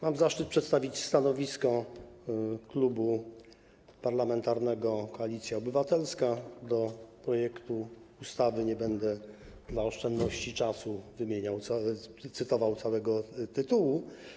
Mam zaszczyt przedstawić stanowisko Klubu Parlamentarnego Koalicja Obywatelska wobec projektu ustawy - nie będę dla oszczędności czasu przytaczał całego tytułu.